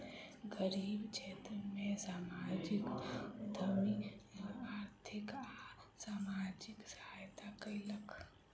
गरीब क्षेत्र में सामाजिक उद्यमी आर्थिक आ सामाजिक सहायता कयलक